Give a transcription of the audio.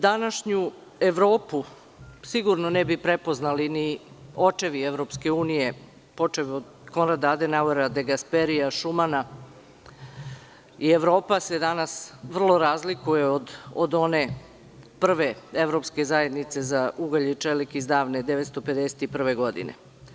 Današnju Evropu sigurno ne bi prepoznali ni očevi EU, počev od Kono Dadena, Euro Degesperija, Šumana, i Evropa se danas vrlo razlikuje od one prve Evropske zajednice za ugalj i čelik iz davne 951. godine.